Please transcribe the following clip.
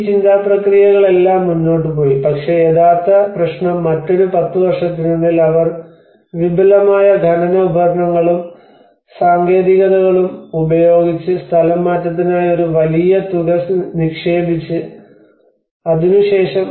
ഈ ചിന്താ പ്രക്രിയകളെല്ലാം മുന്നോട്ട് പോയി പക്ഷേ യഥാർത്ഥ പ്രശ്നം മറ്റൊരു 10 വർഷത്തിനുള്ളിൽ അവർ വിപുലമായ ഖനന ഉപകരണങ്ങളും സാങ്കേതികതകളും ഉപയോഗിച്ച് സ്ഥലംമാറ്റത്തിനായി ഒരു വലിയ തുക നിക്ഷേപിച്ച് അതിനുശേഷം